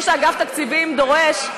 כמו שאגף תקציבים דורש,